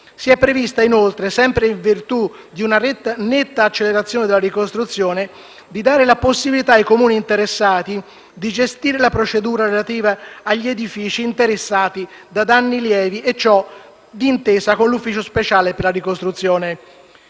Si è previsto inoltre, sempre in virtù di una netta accelerazione della ricostruzione, di dare la possibilità ai Comuni interessati di gestire la procedura relativa agli edifici interessati da danni lievi, d'intesa con l'ufficio speciale per la ricostruzione.